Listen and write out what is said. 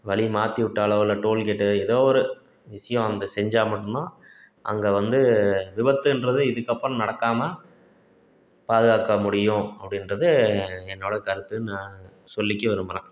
வழி மாற்றி விட்டாலோ இல்லை டோல்கேட் ஏதோ ஒரு விஷயோம் அந்த செஞ்சால் மட்டும் தான் அங்கே வந்து விபத்துன்றது இதுக்கப்புறம் நடக்காமல் பாதுகாக்க முடியும் அப்படின்றது என்னோடய கருத்து நான் சொல்லிக்க விரும்புகிறேன்